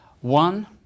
One